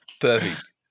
Perfect